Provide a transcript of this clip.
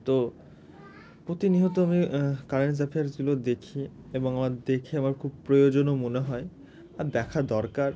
তো প্রতিনিয়ত আমি কারেন্ট অ্যাফেয়ার্সগুলো দেখি এবং আমার দেখে আমার খুব প্রয়োজনও মনে হয় আর দেখা দরকার